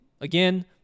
Again